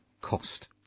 cost